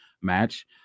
match